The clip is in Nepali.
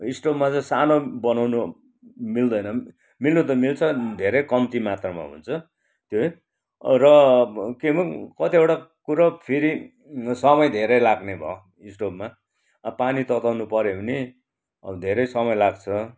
स्टोभमा चाहिँ सानो बनाउनु मिल्दैन मिल्नु त मिल्छ धेरै कम्ती मात्रमा हुन्छ त्यो र के भयो कतिवटा कुरो फेरि समय धेरै लाग्ने भयो स्टोभमा पानी तताउनु पऱ्यो भने धेरै समय लाग्छ